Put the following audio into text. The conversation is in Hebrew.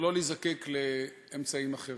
ולא להיזקק לאמצעים אחרים.